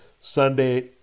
Sunday